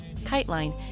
KiteLine